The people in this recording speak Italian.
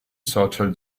social